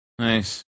Nice